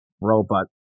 robot